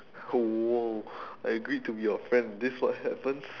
!whoa! I agreed to be your friend this what happens